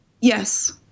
Yes